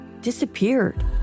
disappeared